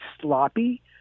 sloppy